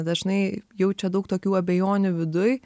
dažnai jaučia daug tokių abejonių viduj